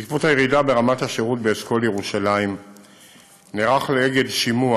בעקבות הירידה ברמת השירות באשכול ירושלים נערך לאגד שימוע